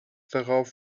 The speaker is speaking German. darauf